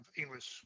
English